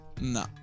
no